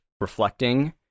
reflecting